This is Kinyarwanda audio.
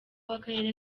w’akarere